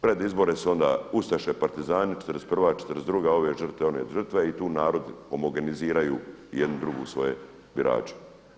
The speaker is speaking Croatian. Pred izbore su onda ustaše, partizani, 1941., 1942., ove žrtve, one žrtve, i tu narod, homogeniziraju jednu drugu svoje birače.